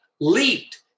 leaped